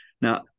Now